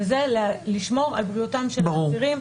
וזה לשמור על בריאותם של האסירים.